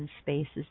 spaces